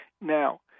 Now